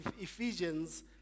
Ephesians